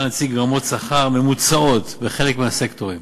נציג רמות שכר ממוצעות בחלק מהסקטורים: